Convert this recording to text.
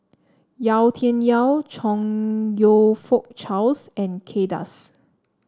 Yau Tian Yau Chong You Fook Charles and Kay Das